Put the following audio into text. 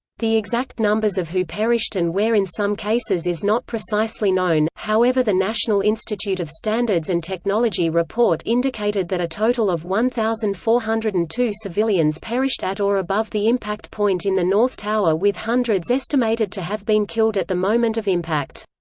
the exact numbers of who perished and where in some cases is not precisely known, however the national institute of standards and technology report indicated that a total of one thousand four hundred and two civilians perished at or above the impact point in the north tower with hundreds estimated to have been killed at the moment of impact.